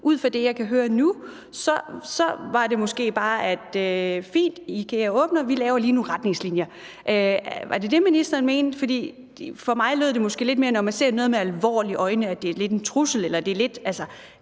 Ud fra det, jeg kan høre nu, var det måske bare: Fint, IKEA åbner, vi laver lige nogle retningslinjer. Var det det, ministeren mente? For mig lød det måske lidt mere, som når man ser noget udtrykt med alvorlige øjne, altså lidt som en trussel, eller at det ville få